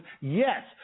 yes